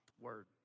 Word